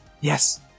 Yes